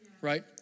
right